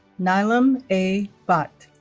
nilam a. bhatt